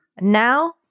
now